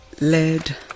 lead